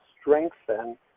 strengthen